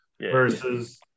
versus